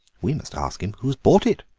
we must ask him who has bought it,